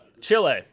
Chile